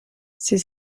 ses